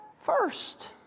first